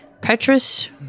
Petrus